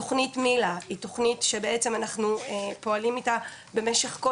תוכנית מיל"ה היא תוכנית שבעצם אנחנו פועלים איתה במשך כל